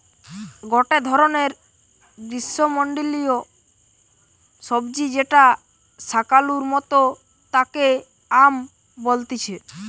গটে ধরণের গ্রীষ্মমন্ডলীয় সবজি যেটা শাকালুর মতো তাকে য়াম বলতিছে